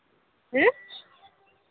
ᱦᱮᱸ